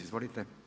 Izvolite.